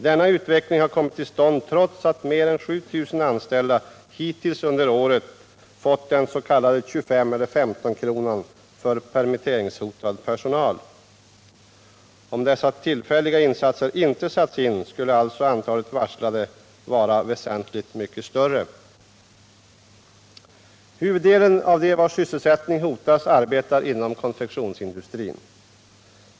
Denna utveckling har kommit till stånd trots att mer än 7 000 anställda hittills under året fått den s.k. 25 eller 15-kronan för permitteringshotad personal. Om dessa tillfälliga insatser inte satts in skulle alltså antalet varslade vara väsentligt mycket större. Huvuddelen av de anställda, vilkas sysselsättning hotas, arbetar inom konfektionsindustrin.